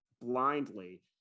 blindly